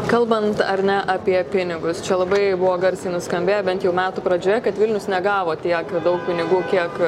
kalbant ar ne apie pinigus čia labai buvo garsiai nuskambėję bent jau metų pradžioje kad vilnius negavo tiek daug pinigų kiek